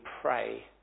pray